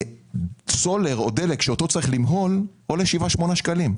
והסולר או הדלק שאותו צריך למהול עולה שבעה-שמונה שקלים,